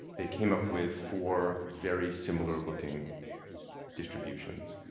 they came up with four very similar looking distributions.